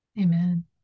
Amen